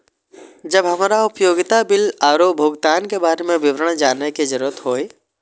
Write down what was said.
जब हमरा उपयोगिता बिल आरो भुगतान के बारे में विवरण जानय के जरुरत होय?